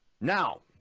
Now